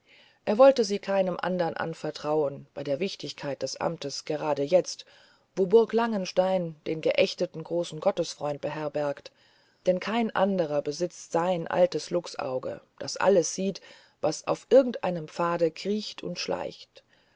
er wollte sie keinem andern anvertrauen bei der wichtigkeit des amtes gerade jetzt wo burg langenstein den geächteten großen gottesfreund beherbergt denn kein anderer besitzt sein altes luchsauge das alles sieht was auf irgendeinem pfade kriecht und schleicht